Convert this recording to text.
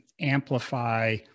amplify